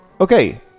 okay